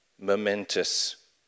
momentous